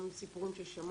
גם עם סיפורים ששמענו,